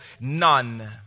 None